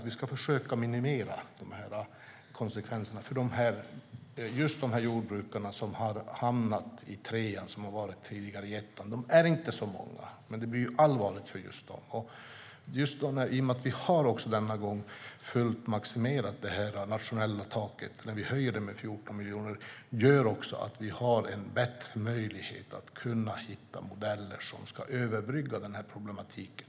Vi ska försöka minimera konsekvenserna för just de jordbrukare som har hamnat i trean och som tidigare har varit i ettan. De är inte så många, men det blir allvarligt för just dem. I och med att vi denna gång har maximerat det nationella taket fullt ut, när vi höjer det med 14 miljoner, har vi bättre möjlighet att hitta modeller som kan överbrygga problematiken.